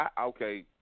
okay